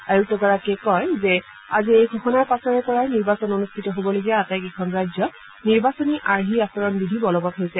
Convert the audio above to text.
আয়ুক্তগৰাকীয়ে কয় যে আজি এই ঘোষণাৰ পাছৰে পৰাই নিৰ্বাচন অনুষ্ঠিত হবলগীয়া আটাইকেইখন ৰাজ্যত নিৰ্বাচনী আৰ্হি আচৰণ বিধি বলবৎ হৈছে